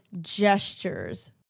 gestures